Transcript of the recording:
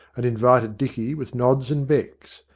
and invited dicky with nods and becks.